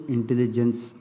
Intelligence